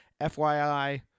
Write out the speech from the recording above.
FYI